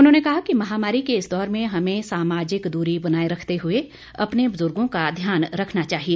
उन्होंने कहा कि महामारी के इस दौर में हमें सामाजिक दूरी बनाए रखते हुए अपने बुजूर्गों का ध्यान रखना चाहिए